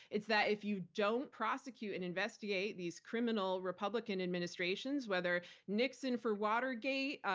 it's that if you don't prosecute and investigate these criminal republican administrations-whether nixon for watergate,